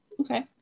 Okay